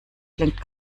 klingt